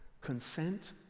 Consent